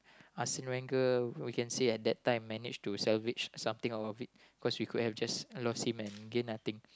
Arsene-Wenger we can say at that time managed to salvage something out of it cos we could have just lost him and gained nothing